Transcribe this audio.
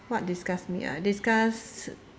what disgust me ah disgust